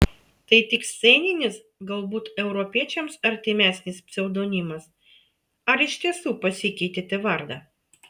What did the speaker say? tai tik sceninis galbūt europiečiams artimesnis pseudonimas ar iš tiesų pasikeitėte vardą